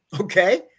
Okay